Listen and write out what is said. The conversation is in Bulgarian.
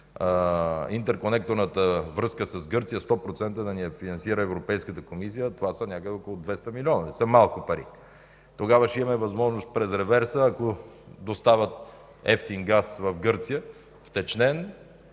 интерконекторната връзка с Гърция на 100% да ни я финансира Европейската комисия – това са някъде около 200 милиона, не са малко пари. Тогава ще имаме възможност през реверса, ако доставят втечнен евтин газ в Гърция, да